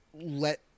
let